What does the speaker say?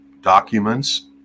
documents